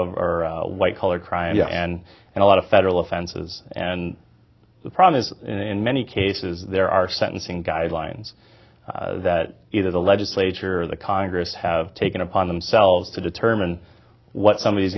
are white collar crime and and a lot of federal offenses and the problem is in many cases there are sentencing guidelines that either the legislature or the congress have taken upon themselves to determine what somebody's